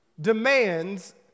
demands